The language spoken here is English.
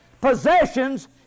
possessions